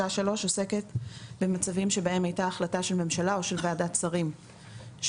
עוסקת במצבים שבהם הייתה החלטה של ממשלה או של ועדת שרים שהתייחסה